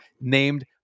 named